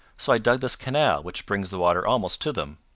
so i dug this canal, which brings the water almost to them.